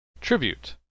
Tribute